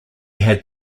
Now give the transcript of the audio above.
had